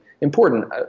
important